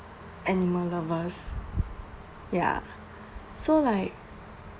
animal lovers ya so like